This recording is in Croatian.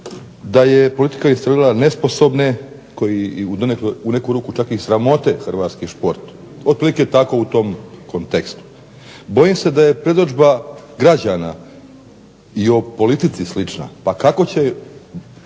da je politička instalirala nesposobne koji u neku ruku i sramote Hrvatski sport, otprilike tako u tom kontekstu. Bojim se da je predodžba građana i o politici slična pa kako će